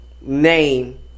name